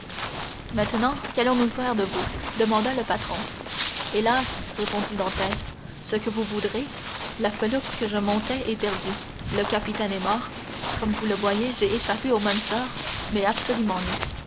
maintenant qu'allons-nous faire de vous demanda le patron hélas répondit dantès ce que vous voudrez la felouque que je montais est perdue le capitaine est mort comme vous le voyez j'ai échappé au même sort mais absolument